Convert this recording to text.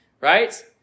Right